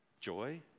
Joy